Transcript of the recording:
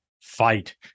fight